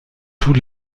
tous